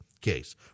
case